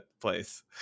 place